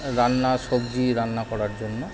রান্না সবজি রান্না করার জন্য